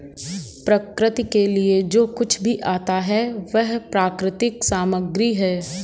प्रकृति के लिए जो कुछ भी आता है वह प्राकृतिक सामग्री है